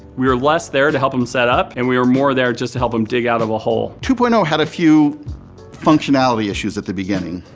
we were less there to help them set up and we were more there just to help them dig out of a hole. two point zero had a few functionality issues at the beginning.